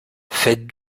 faites